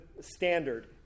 standard